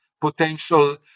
potential